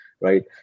right